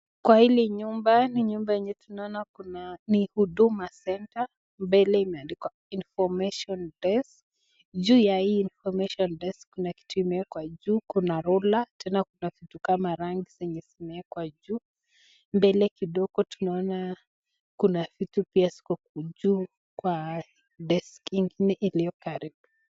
Kwa hili nyumba, ni nyumba yenye tunaona kuna ni Huduma Center . Mbele imeandikwa Information Desk . Juu ya hii Information Desk kuna kitu imewekwa juu, kuna ruler , tena kuna vitu kama rangi zenye zimewekwa juu. Mbele kidogo, tunaona kuna vitu pia ziko juu kwa desk ingine iliyo karibu.